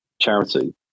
charity